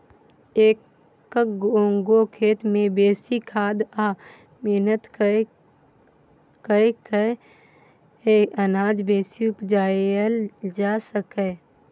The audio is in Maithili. एक्क गो खेत मे बेसी खाद आ मेहनत कए कय अनाज बेसी उपजाएल जा सकैए